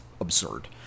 absurd